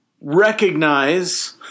recognize